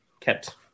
kept